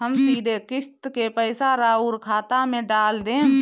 हम सीधे किस्त के पइसा राउर खाता में डाल देम?